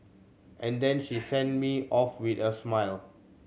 and then she sent me off with a smile